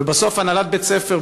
ובסוף הנהלת בית-ספר,